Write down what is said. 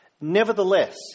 nevertheless